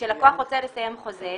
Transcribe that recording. כשלקוח רוצה לסיים חוזה,